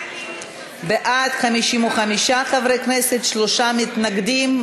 בעד, 55, שלושה מתנגדים.